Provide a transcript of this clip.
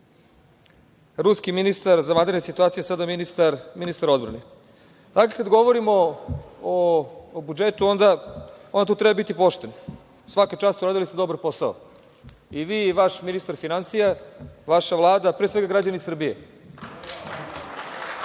ruski ministar za vanredne situacije, sada ministar odbrane. Dakle, kada govorimo o budžetu onda tu treba biti pošten. Svaka čast uradili ste dobar posao i vi i vaš ministar finansija, vaša Vlada, a pre svega građani Srbije.